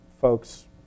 folks